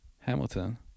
Hamilton